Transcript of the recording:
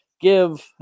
give